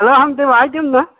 हाँ हम देवाय देब न